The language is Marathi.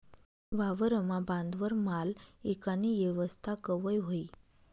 वावरना बांधवर माल ईकानी येवस्था कवय व्हयी?